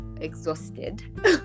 exhausted